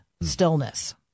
stillness